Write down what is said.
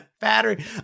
battery